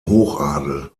hochadel